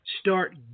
start